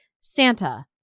Santa